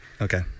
Okay